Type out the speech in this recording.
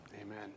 Amen